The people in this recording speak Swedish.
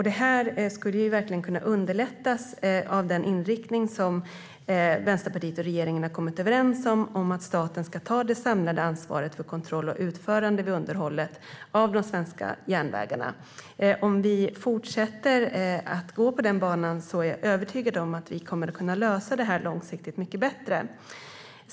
Detta skulle verkligen kunna underlättas av den inriktning Vänsterpartiet och regeringen har kommit överens om, nämligen att staten ska ta det samlade ansvaret för kontroll och utförande av underhållet vid de svenska järnvägarna. Om vi fortsätter på den banan är jag övertygad om att vi långsiktigt kommer att kunna lösa detta mycket bättre.